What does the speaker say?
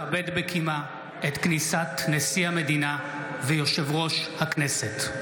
קימה את כניסת נשיא המדינה ויושב-ראש הכנסת.